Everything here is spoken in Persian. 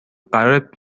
قرارت